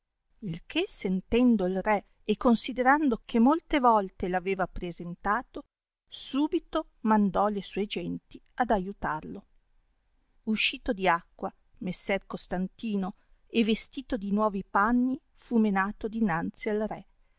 il che sentendo il re e considerando che molte volte aveva appresentato subito mandò le sue genti ad aiutarlo uscito di acqua messer costantino e vestito di nuovi panni fu menato dinanzi al re